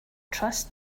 trust